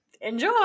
enjoy